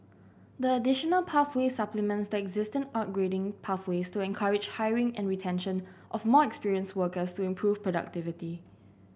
the additional pathway supplements the existing upgrading pathways to encourage hiring and retention of more experienced workers to improve productivity